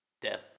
death